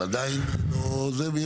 אבל עדיין, יש